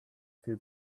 feel